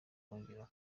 kongera